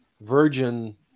virgin